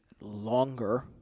longer